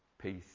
Peace